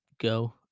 go